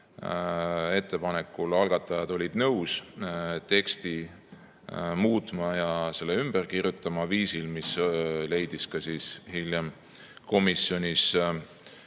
ettepanekul algatajad nõus teksti muutma ja selle ümber kirjutama viisil, mis leidis hiljem komisjonis